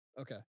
okay